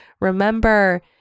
Remember